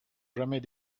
jamais